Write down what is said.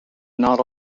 not